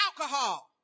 alcohol